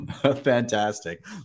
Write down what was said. Fantastic